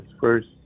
first